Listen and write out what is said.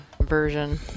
version